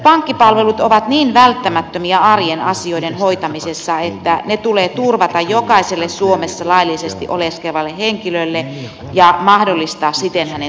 pankkipalvelut ovat niin välttämättömiä arjen asioiden hoitamisessa että ne tulee turvata jokaiselle suomessa laillisesti oleskelevalle henkilölle ja mahdollistaa siten hänen